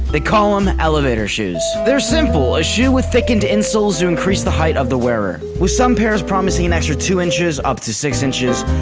they call them elevator shoes. they're simple a shoe with thickened insoles to increase the height of the wearer, with some pairs promising an extra two inches up to six inches,